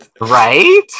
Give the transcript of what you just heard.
right